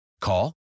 Call